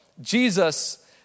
Jesus